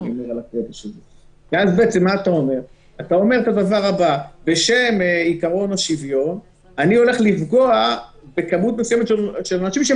אתה אומר שבשם עיקרון השוויון אנחנו הולכים לפגוע במספר מסוים של אנשים,